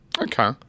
Okay